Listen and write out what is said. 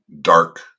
dark